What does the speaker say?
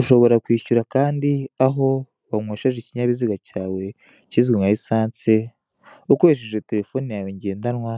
Ushobora kwishyura kandi aho wanywesheje ikinyabizika cyawe ikizwi nka esase ukoresheje terefoni yawe ngendanwa ,